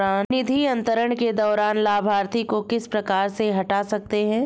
निधि अंतरण के दौरान लाभार्थी को किस प्रकार से हटा सकते हैं?